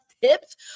tips